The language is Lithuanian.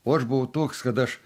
o aš buvau toks kad aš